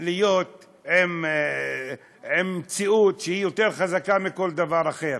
להיות עם מציאות שהיא יותר חזקה מכל דבר אחר.